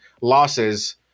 losses